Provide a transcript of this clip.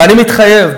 ואני מתחייב,